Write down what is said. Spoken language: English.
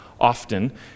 often